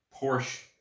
Porsche